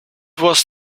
was